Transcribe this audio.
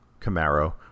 Camaro